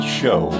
show